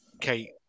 Kate